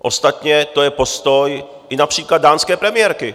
Ostatně to je postoj i například dánské premiérky.